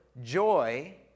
joy